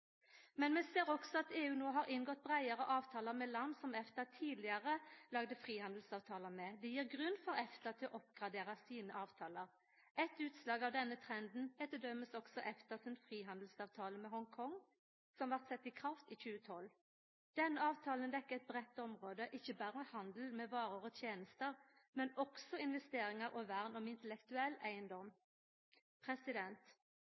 Men vi ser også at EU no har inngått breiare avtalar med land som EFTA tidlegare lagde frihandelsavtalar med. Det gjev grunn for EFTA til å oppgradera sine avtalar. Eit utslag av denne trenden er t.d. også EFTA sin frihandelsavtale med Hong Kong, som vart sett i kraft i 2012. Denne avtalen dekkjer eit breitt område – ikkje berre handel med varer og tenester, men også investeringar og vern om